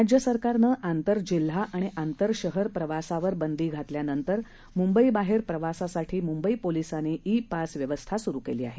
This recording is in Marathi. राज्य सरकारनं आंतरजिल्हा आणि आंतरशहर प्रवासावर बंदी घातल्यानंतर मुंबई बाहेर प्रवासासाठी मुंबई पोलिसांनी ई पास व्यवस्था सुरु केली आहे